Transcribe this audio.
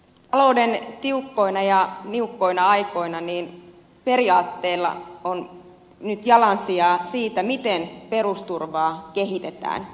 talouden tiukkoina ja niukkoina aikoina periaatteella on nyt jalansijaa siinä miten perusturvaa kehitetään